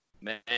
Man